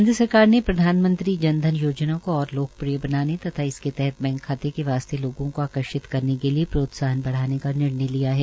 केन्द्र सरकार ने प्रधानमंत्री जन धन योजना को और लोकप्रिय बनाने तथा इसके तहत बैंक खाते के वास्ते लोगों को आकार्षित करने के लिए प्रोत्साहन बढ़ाने का निर्णय लिया है